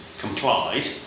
complied